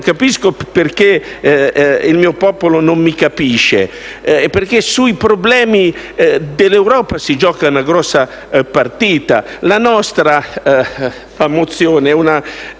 capisce perché il suo popolo non lo comprende perché sui problemi dell'Europa si gioca una grossa partita. La nostra risoluzione è un